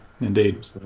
indeed